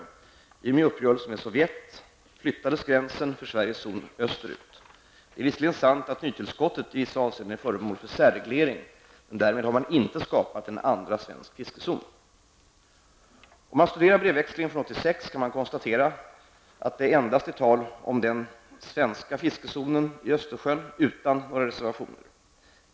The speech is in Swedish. I och med uppgörelsen med Sovjetunionen 1988 flyttades gränsen för Sveriges zon österut. Det är visserligen sant att nytillskottet i vissa avseenden är föremål för särreglering, men därmed har man inte skapat en andra svensk fiskezon. Om man studerar brevväxlingen från 1986 kan man konstatera att det endast är tal om den svenska fiskezonen i Östersjön utan några reservationer.